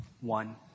One